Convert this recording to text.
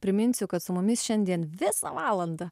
priminsiu kad su mumis šiandien visą valandą